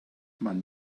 man